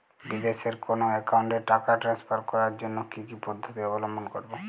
বিদেশের কোনো অ্যাকাউন্টে টাকা ট্রান্সফার করার জন্য কী কী পদ্ধতি অবলম্বন করব?